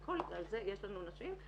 על זה יש לנו נתונים.